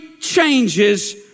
changes